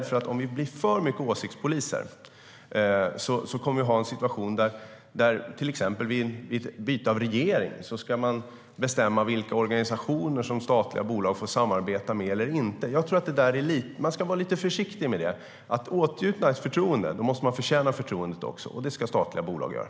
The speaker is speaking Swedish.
Om vi blir för mycket åsiktspoliser är jag rädd för att vi kommer att få en situation där man vid exempelvis byte av regering ska bestämma vilka organisationer som statliga bolag får samarbeta med eller inte. Man ska vara lite försiktig med det. För att åtnjuta förtroende måste man också förtjäna förtroende, och det ska statliga bolag göra.